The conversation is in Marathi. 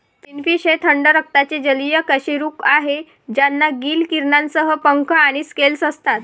फिनफिश हे थंड रक्ताचे जलीय कशेरुक आहेत ज्यांना गिल किरणांसह पंख आणि स्केल असतात